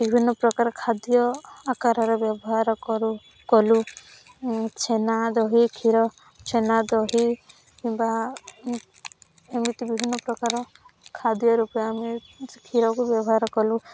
ବିଭିନ୍ନ ପ୍ରକାର ଖାଦ୍ୟ ଆକାରରେ ବ୍ୟବହାର କରୁ କଲୁ ଛେନା ଦହି କ୍ଷୀର ଛେନା ଦହି ବା ଏମିତି ବିଭିନ୍ନ ପ୍ରକାର ଖାଦ୍ୟ ରୂପେ ଆମେ ସେ କ୍ଷୀରକୁ ବ୍ୟବହାର କଲୁ